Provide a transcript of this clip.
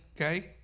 Okay